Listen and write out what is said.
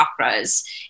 chakras